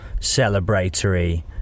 celebratory